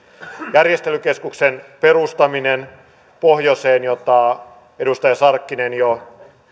järjestelykeskuksen perustaminen pohjoiseen jota edustaja sarkkinen jo